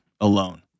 alone